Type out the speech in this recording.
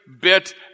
bit